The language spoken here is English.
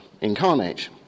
incarnate